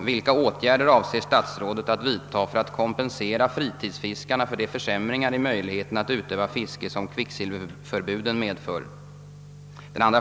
Den andra